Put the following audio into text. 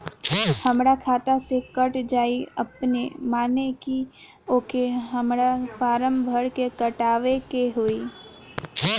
हमरा खाता से कट जायी अपने माने की आके हमरा फारम भर के कटवाए के होई?